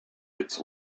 its